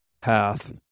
path